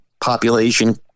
population